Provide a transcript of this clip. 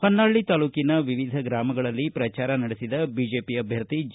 ಹೊನ್ನಾಳ ತಾಲ್ಲೂಕಿನ ವಿವಿಧ ಗ್ರಾಮಗಳಲ್ಲಿ ಪ್ರಚಾರ ನಡೆಸಿದ ಬಿಜೆಪಿ ಅಭ್ಯರ್ಥಿ ಜಿ